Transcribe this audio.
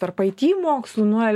tarp aity mokslų nuo